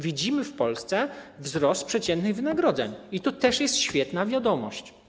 Widzimy w Polsce wzrost przeciętnych wynagrodzeń i to też jest świetna wiadomość.